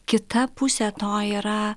kita pusė to yra